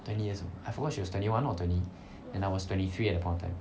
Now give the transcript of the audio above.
twenty years old I forgot she was twenty one or twenty and I was twenty three at that point of time